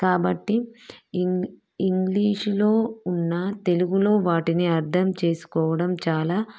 కాబట్టి ఇం ఇంగ్లీషులో ఉన్న తెలుగులో వాటిని అర్థం చేసుకోవడం చాలా